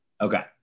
Okay